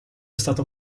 stato